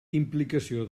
implicació